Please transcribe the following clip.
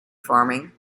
farming